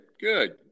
Good